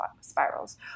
spirals